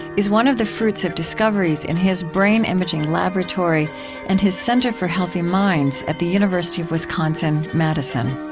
is one of the fruits of discoveries in his brain imaging laboratory and his center for healthy minds at the university of wisconsin, madison